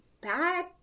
bad